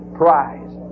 prize